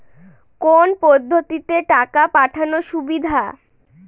কোন পদ্ধতিতে টাকা পাঠানো সুবিধা?